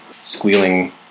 squealing